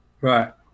Right